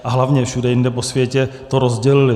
A hlavně všude jinde po světě to rozdělili.